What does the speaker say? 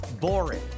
boring